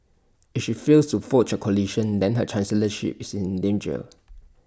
if she fails to forge coalition then her chancellorship is in danger